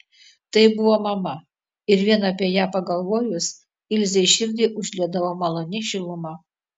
tai buvo mama ir vien apie ją pagalvojus ilzei širdį užliedavo maloni šiluma